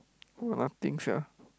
why got nothing sia